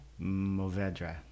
movedra